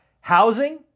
housing